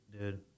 dude